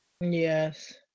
Yes